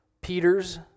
Peter's